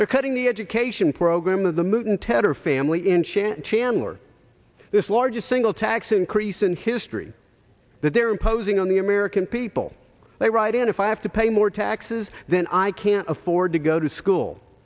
they're cutting the education program of the movement tetter family enchant chandler this largest single tax increase in history that they're imposing on the american people they write and if i have to pay more taxes then i can't afford to go to school